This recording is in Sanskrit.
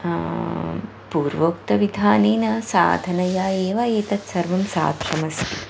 पूर्वोक्तविधानेन साधनया एव एतत् सर्वं साद्धयमस्ति